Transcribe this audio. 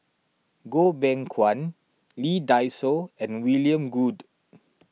Goh Beng Kwan Lee Dai Soh and William Goode